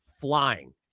flying